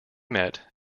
met